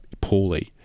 poorly